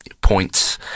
points